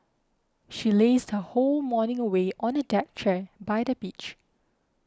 she lazed her whole morning away on a deck chair by the beach